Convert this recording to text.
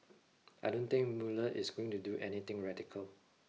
I don't think Mueller is going to do anything radical